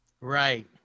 right